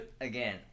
Again